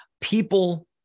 People